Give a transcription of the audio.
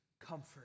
comfort